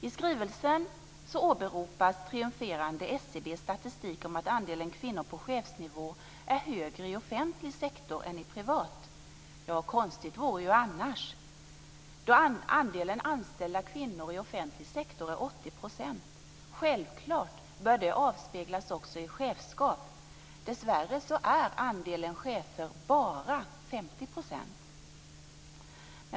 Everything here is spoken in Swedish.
I skrivelsen åberopas triumferande SCB:s statistik om att andelen kvinnor på chefsnivå är högre i offentlig sektor än i privat. Ja, konstigt vore ju annars, då andelen anställda kvinnor i offentlig sektor är 80 %. Självklart bör det avspeglas också i chefskap. Dessvärre är andelen kvinnliga chefer bara 50 %.